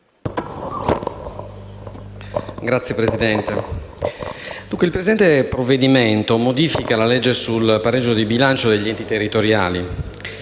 Signora Presidente, il presente provvedimento modifica la legge sul pareggio di bilancio degli enti territoriali.